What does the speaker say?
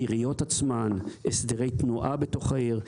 העיריות עצמן, הסדרי תנועה בתוך העיר.